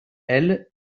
elles